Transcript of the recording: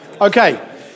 Okay